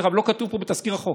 דרך אגב, לכתוב פה בתזכיר החוק.